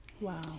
Wow